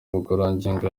ubugororangingo